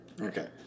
Okay